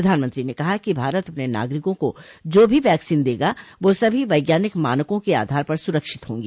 प्रधानमंत्री ने कहा कि भारत अपने नागरिकों को जो भी वैक्सीन देगा वह सभी वैज्ञानिक मानकों के आधार पर सूरक्षित होगी